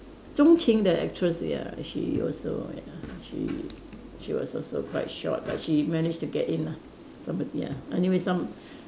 Zhong-Qing the actress ya she also ya she she was also quite short but she managed to get in lah somebo~ anyway some